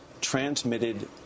transmitted